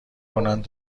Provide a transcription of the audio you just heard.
کنند